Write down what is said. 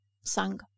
sung